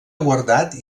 guardat